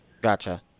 Gotcha